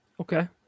Okay